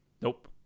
Nope